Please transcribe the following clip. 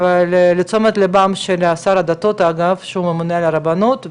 לתשומת ליבם של שר הדתות שהוא ממונה על הרבנות,